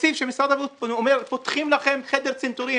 תקציב משרד הבריאות אומר שפותחים לכם חדר צנתורים,